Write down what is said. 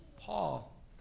Paul